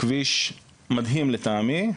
כביש מדהים לדעתי,